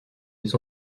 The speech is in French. les